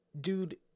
dude